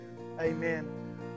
Amen